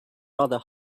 rather